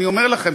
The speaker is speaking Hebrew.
אני אומר לכם,